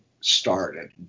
started